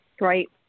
Right